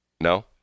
No